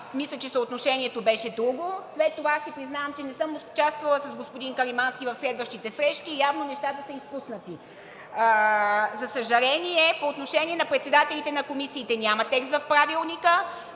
мисля, че съотношението беше друго. След това си признавам, че не съм участвала с господин Каримански в следващите срещи, явно нещата са изпуснати. За съжаление, по отношение на председателите на комисиите няма текст в Правилника,